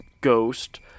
ghost